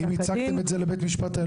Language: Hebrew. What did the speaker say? האם הצגתם את זה לבית המשפט העליון?